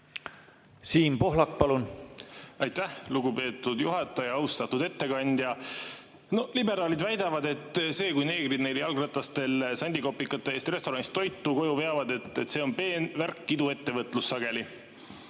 Siim Pohlak, palun! Aitäh, lugupeetud juhataja! Austatud ettekandja! Liberaalid väidavad, et see, kui neegrid neile jalgratastega sandikopikate eest restoranist toitu koju veavad, on peen värk, iduettevõtlus.